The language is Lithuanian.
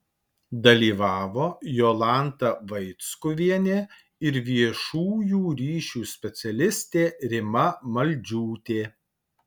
dalyvavo jolanta vaickuvienė ir viešųjų ryšių specialistė rima maldžiūtė